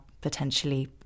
potentially